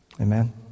Amen